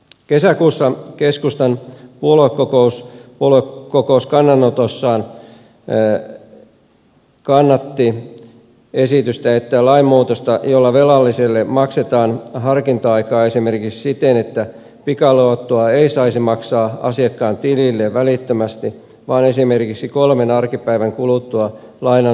kesäkuussa keskustan puoluekokous puoluekokouskannanotossaan kannatti lainmuutosta jolla velalliselle annetaan harkinta aikaa esimerkiksi siten että pikaluottoa ei saisi maksaa asiakkaan tilille välittömästi vaan esimerkiksi kolmen arkipäivän kuluttua lainan myöntämisestä